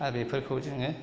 आरो बेफोरखौ जोङो